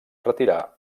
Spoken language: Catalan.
retirar